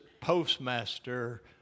postmaster